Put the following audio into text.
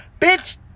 Bitch